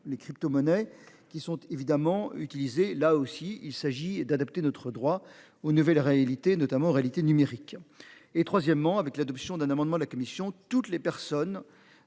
les cryptomonnaies qui sont évidemment utiliser là aussi il s'agit d'adapter notre droit aux nouvelles réalités notamment réalité numérique et troisièmement avec l'adoption d'un amendement la commission toutes les personnes.